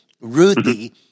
Ruthie